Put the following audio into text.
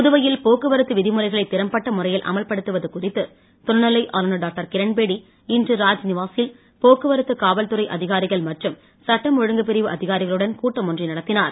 புதுவையில் போக்குவரத்து விதிமுறைகளை திறம்பட்ட முறையில் அமல்படுத்துவது குறித்து துணைநிலை ஆளுனர் டாக்டர்கிரண்பேடி இன்று ராஜ்நிவா சில் போக்குவரத்து காவல்துறை அதிகாரிகள் மற்றும் சட்டம் ஒழுங்குப்பிரிவு அதிகாரிகளுடன் கூட்டம் ஒன்றை நடத்தினார்